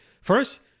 First